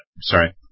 sorry